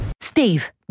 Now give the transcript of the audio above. Steve